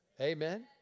Amen